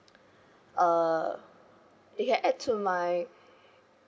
uh it can add to my